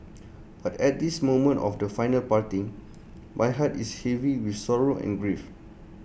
but at this moment of the final parting my heart is heavy with sorrow and grief